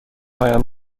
هایم